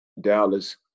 Dallas